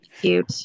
cute